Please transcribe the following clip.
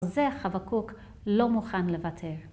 זה חבקוק לא מוכן לוותר.